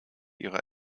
ihrer